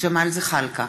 ג'מאל זחאלקה,